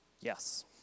Yes